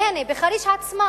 והנה, בחריש עצמה